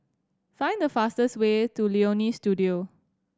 find the fastest way to Leonie Studio